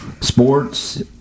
Sports